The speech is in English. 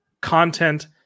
content